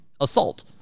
assault